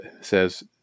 says